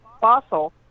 fossil